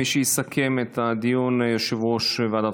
מי שיסכם את הדיון הוא יושב-ראש ועדת